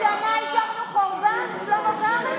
השארתם חורבן.